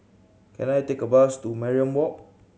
can I take a bus to Mariam Walk